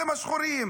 אתם השחורים?